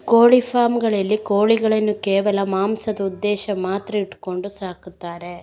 ಕೋಳಿ ಫಾರ್ಮ್ ಗಳಲ್ಲಿ ಕೋಳಿಗಳನ್ನು ಕೇವಲ ಮಾಂಸದ ಉದ್ದೇಶ ಮಾತ್ರ ಇಟ್ಕೊಂಡು ಸಾಕ್ತಾರೆ